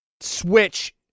Switch